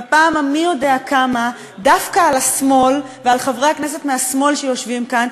בפעם המי-יודע-כמה דווקא על השמאל ועל חברי הכנסת מהשמאל שיושבים כאן,